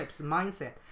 mindset